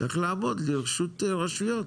צריך לעמוד לרשות רשויות